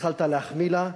התחלת להחמיא לה.